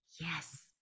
yes